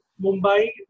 Mumbai